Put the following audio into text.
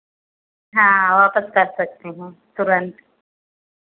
हाँ वापस कर सकते हैं तुरंत